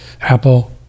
Apple